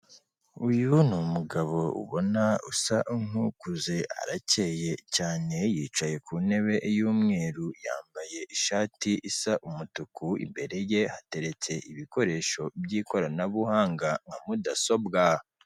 Uyu ni umugabo ubona usa nk'ukuze, arakeye cyane, yicaye ku ntebe y’umweru, yambaye ishati isa umutuku. Imbere ye hateretse ibikoresho by'ikoranabuhanga nka mudasobwa.